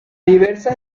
diversas